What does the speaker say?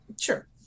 sure